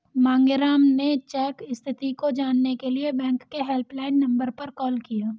मांगेराम ने चेक स्थिति को जानने के लिए बैंक के हेल्पलाइन नंबर पर कॉल किया